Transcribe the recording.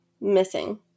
missing